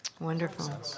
Wonderful